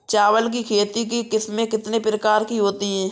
चावल की खेती की किस्में कितने प्रकार की होती हैं?